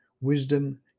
wisdom